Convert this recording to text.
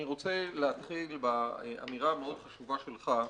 אני רוצה להתחיל באמירה המאוד חשובה שלך,